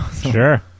Sure